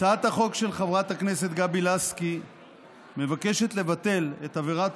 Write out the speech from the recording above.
הצעת החוק של חברת הכנסת גבי לסקי מבקשת לבטל את עבירת